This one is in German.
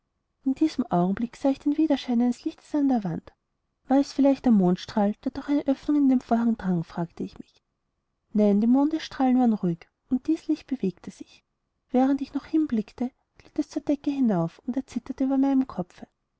in diesem augenblick sah ich den wiederschein eines lichtes an der wand war es vielleicht der mondesstrahl der durch eine öffnung in dem vorhang drang fragte ich mich nein die mondesstrahlen waren ruhig und dies licht bewegte sich während ich noch hinblickte glitt es zur decke hinauf und erzitterte über meinem kopfe